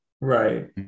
Right